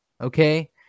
Okay